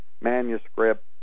manuscript